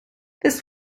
this